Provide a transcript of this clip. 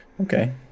Okay